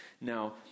Now